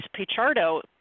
Pichardo